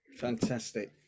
Fantastic